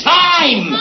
time